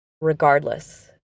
regardless